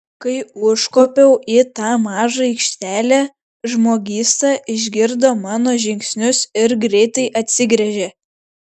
kai užkopiau į tą mažą aikštelę žmogysta išgirdo mano žingsnius ir greitai atsigręžė